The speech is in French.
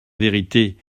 vérité